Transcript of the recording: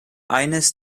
eines